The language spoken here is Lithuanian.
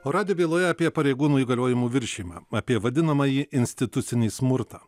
o radijo byloje apie pareigūnų įgaliojimų viršijimą apie vadinamąjį institucinį smurtą